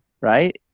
right